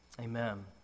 Amen